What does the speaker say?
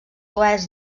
oest